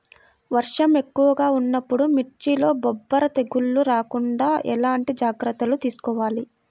వర్షం ఎక్కువగా ఉన్నప్పుడు మిర్చిలో బొబ్బర తెగులు రాకుండా ఎలాంటి జాగ్రత్తలు తీసుకోవాలి?